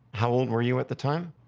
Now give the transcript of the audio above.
how old were you at the time?